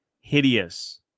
hideous